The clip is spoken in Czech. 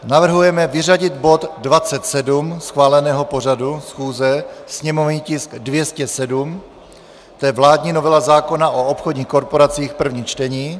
Navrhujeme vyřadit bod 27 schváleného pořadu schůze, sněmovní tisk 207, to je vládní novela zákona o obchodních korporacích, první čtení.